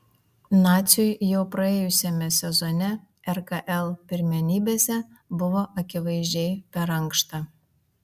naciui jau praėjusiame sezone rkl pirmenybėse buvo akivaizdžiai per ankšta